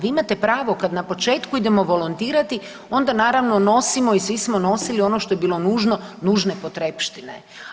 Vi imate pravo kad na početku idemo volontirati onda naravno nosimo i svi smo nosili ono što je bilo nužno, nužne potrepštine.